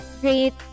great